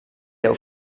deu